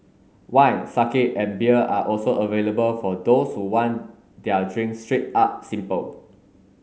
wine sake and beer are also available for those who want their drinks straight up simple